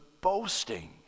boasting